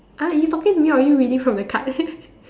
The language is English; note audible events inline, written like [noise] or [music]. !huh! you talking to me or are you reading from the card [laughs]